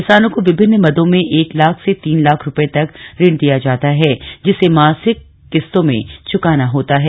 किसानों को विभिन्न मदों में एक लाख से तीन लाख रुपये तक ऋण दिया जाता है जिसे मासिक किस्तों में चुकाना होता है